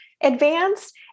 advanced